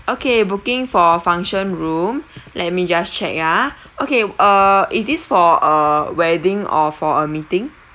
okay booking for a function room let me just check ah okay err is this for a wedding or for a meeting